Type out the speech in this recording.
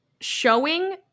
showing